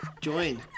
join